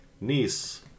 niece